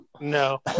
No